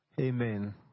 Amen